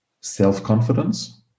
self-confidence